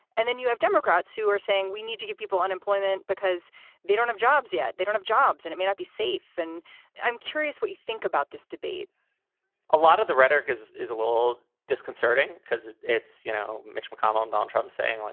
and then you have democrats who are saying we need to give people unemployment because they don't have jobs yet. they don't of jobs and it may not be safe. and i'm curious what you think about this debate a lot of the rhetoric is is a little disconcerting because it's, you know, mitch mcconnell and donald trump saying, like,